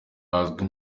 hazwi